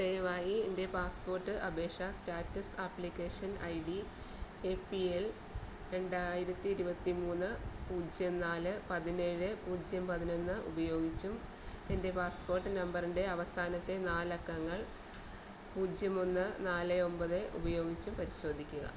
ദയവായി എൻ്റെ പാസ്പോർട്ട് അപേക്ഷാ status application I D A P L രണ്ടായിരത്തി ഇരുപത്തിമൂന്ന് പൂജ്യം നാല് പതിനേഴ് പൂജ്യം പതിനൊന്ന് ഉപയോഗിച്ചും എൻ്റെ പാസ്പോർട്ട് നമ്പറിൻ്റെ അവസാനത്തെ നാല് അക്കങ്ങൾ പൂജ്യം ഒന്ന് നാല് ഒമ്പത് ഉപയോഗിച്ചും പരിശോധിക്കുക